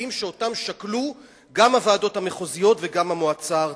חברתיים שאותם שקלו גם הוועדות המחוזיות וגם המועצה הארצית.